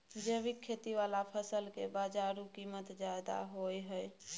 जैविक खेती वाला फसल के बाजारू कीमत ज्यादा होय हय